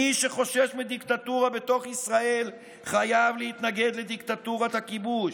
מי שחושש מדיקטטורה בתוך ישראל חייב להתנגד לדיקטטורת הכיבוש.